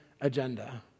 agenda